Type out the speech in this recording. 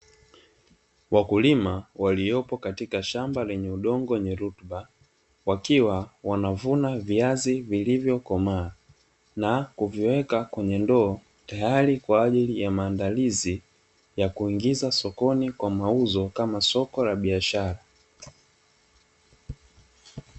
Wakulima waliopo katika shamba lenye udongo wenye rutuba, wakiwa wanavuna viazi vilivyokomaa na kuviweka kwenye ndoo, tayari kwa ajili ya maandalizi ya kuingiza sokoni kwa mauzo kama soko la biashara.